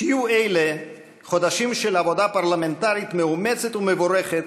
שיהיו אלו חודשים של עבודה פרלמנטרית מאומצת ומבורכת,